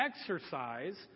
exercise